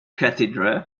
cathedral